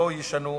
לא יישנו,